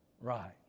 right